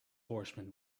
horsemen